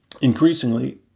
Increasingly